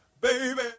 baby